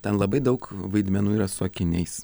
ten labai daug vaidmenų yra su akiniais